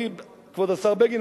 כבוד השר בגין,